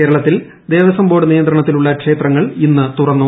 കേരളത്തിൽ ദേവസ്വം ബോർഡ് നിയന്ത്രണത്തിലുളള ക്ഷേത്രങ്ങൾ ഇന്ന് തുറന്നു